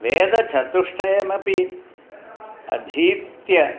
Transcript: वेदचतुष्टयमपि अधीत्य